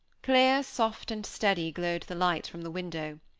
clear, soft, and steady, glowed the light from the window.